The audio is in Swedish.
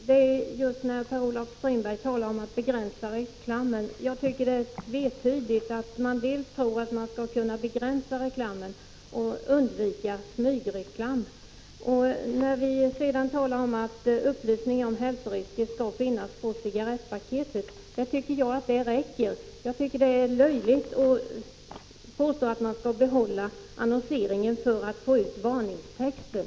Fru talman! Per-Olof Strindberg talar om att begränsa reklamen. Jag tycker att det är tvetydigt när man tror att det skall gå att begränsa reklamen och undvika smygreklam. När vi sedan talar om att upplysning om hälsorisker skall finnas på cigarettpaketen, tycker jag att det räcker. Jag anser att det är löjligt att påstå att man skall behålla annonseringen för att få ut varningstexten.